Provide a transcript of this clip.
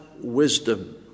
wisdom